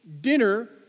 dinner